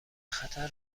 خطر